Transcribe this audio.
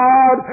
God